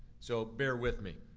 so bear with me.